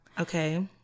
Okay